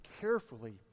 carefully